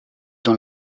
dans